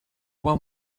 only